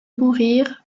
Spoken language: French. mourir